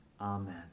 Amen